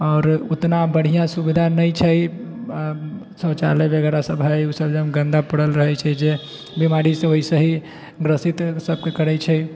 आओर उतना बढ़िआँ सुविधा नहि छै शौचालय वगैरहसभ हइ उसभ जङ गन्दा पड़ल रहैत छै जे बीमारीसभ ओहिसँ ही ग्रसित सभकेँ करैत छै